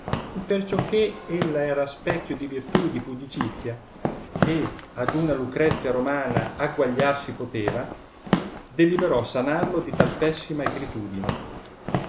imperciò che ella era specchio di virtù e di pudicizia e ad una lucrezia romana agguagliar si poteva deliberò sanarlo di tal pessima egritudine